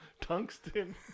tungsten